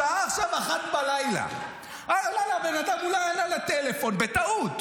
השעה עכשיו 01:00. הבן אדם אולי ענה לטלפון בטעות,